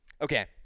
okay